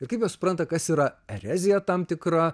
ir kaip jie supranta kas yra erezija tam tikra